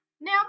Now